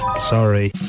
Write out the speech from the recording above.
Sorry